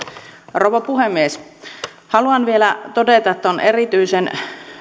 rouva puhemies haluan vielä todeta että on erityisen